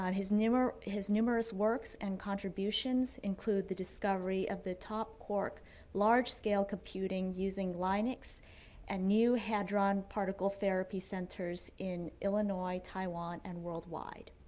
his numerous his numerous works and contributions include the discovery of the top quark large scale computing using linux and new hadron particle therapy centers in illinois, taiwan and worldwide.